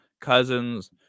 Cousins